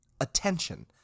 attention